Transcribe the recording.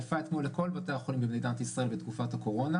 הפקנו לכל בתי החולים במדינת ישראל בתקופת הקורונה